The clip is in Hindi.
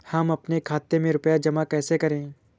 हम अपने खाते में रुपए जमा कैसे करें?